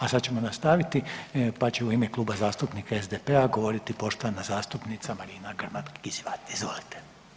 A sad ćemo nastaviti pa će u ime Kluba zastupnika SDP-a govoriti poštovana zastupnica Marina Grmat Kizivat, izvolite.